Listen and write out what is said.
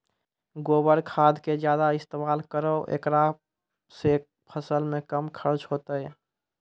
गोबर खाद के ज्यादा इस्तेमाल करौ ऐकरा से फसल मे कम खर्च होईतै?